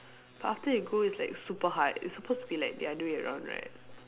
but after you go it's like super hard it's supposed to be like the other way around right